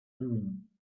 doing